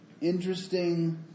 interesting